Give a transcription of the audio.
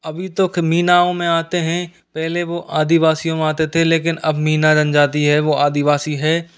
जो अभी तो मीणाओं में आते हैं पहले वह आदिवासियों में आते थे लेकिन अब मीणा जनजाति है वह आदिवासी है